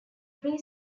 pre